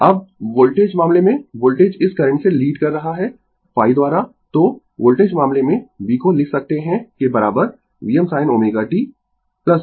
अब वोल्टेज मामले में वोल्टेज इस करंट से लीड कर रहा है ϕ द्वारा तो वोल्टेज मामले में v को लिख सकते है के बराबर Vm sin ω t ϕ